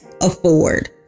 afford